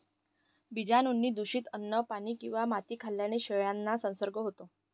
बीजाणूंनी दूषित अन्न, पाणी किंवा माती खाल्ल्याने शेळ्यांना संसर्ग होतो